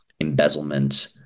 embezzlement